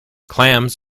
clams